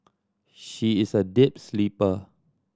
she is a deep sleeper